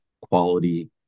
quality